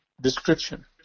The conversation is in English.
description